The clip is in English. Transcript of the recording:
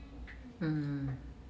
um